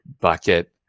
bucket